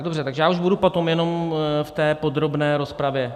Dobře, takže já už budu potom jenom v té podrobné rozpravě.